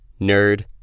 Nerd